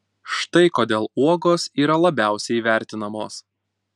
štai kodėl uogos yra labiausiai vertinamos